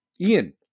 Ian